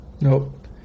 Nope